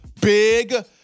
big